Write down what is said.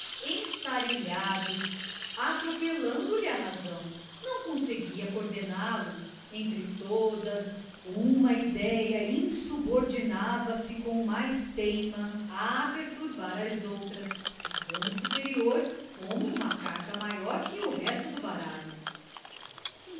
massa ensarilhados atropelando lhe a razão não conseguia coordená los entre todas uma idéia insubordinava se com mais teima a perturbar as outras ficando superior como uma carta maior que o resto do baralho